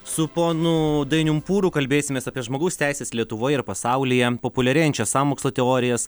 su ponu dainium pūru kalbėsimės apie žmogaus teises lietuvoje ir pasaulyje populiarėjančias sąmokslo teorijas